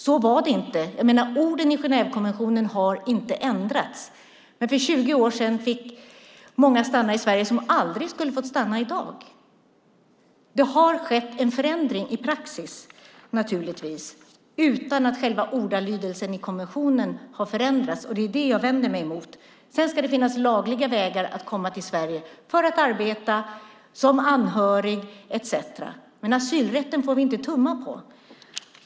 Så var det inte förut. Orden i Genèvekonventionen har inte ändrats. Men för 20 år sedan fick många stanna i Sverige som aldrig skulle ha fått stanna i dag. Det har naturligtvis skett en förändring i praxis utan att själva ordalydelsen i konventionen har förändrats, och det är det som jag vänder mig mot. Sedan ska det finnas lagliga vägar att komma till Sverige för att arbeta, som anhörig etcetera. Men asylrätten får vi inte tumma på.